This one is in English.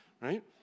right